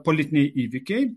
politiniai įvykiai